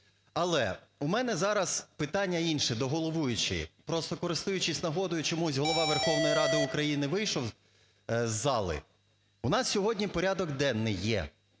Але у мене зараз питання інше, до головуючої. Просто користуючись нагодою чомусь Голова Верховної Ради України вийшов з зали. У нас сьогодні порядок денний є,